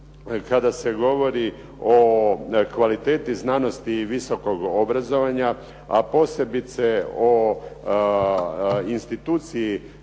kada se govori o kvaliteti znanosti i visokog obrazovanja, a posebice o instituciji